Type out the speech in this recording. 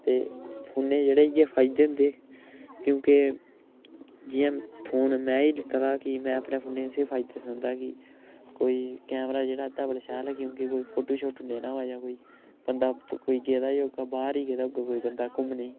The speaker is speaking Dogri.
ते फोनै ई जेहडे़ इ'यै फायदे होंदे क्योंकि जि'यां फोन में ई दित्ते दा कि में अपने फोनै इसे दे फायदे सुनांदा की कोई कैमरा जेह्ड़ा एह्दा बड़ा शैल ऐ क्योंकि ओह्दे च कोई फोटो शोटो लैना होऐ बन्दा कोई गेदा होगा बाहर ई गेदा घूमने ई